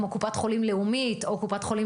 כמו קופת חולים לאומית או קופת חולים